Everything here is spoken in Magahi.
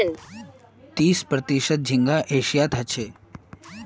तीस प्रतिशत झींगा एशियात ह छे